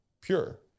pure